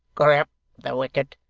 grip the wicked,